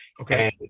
Okay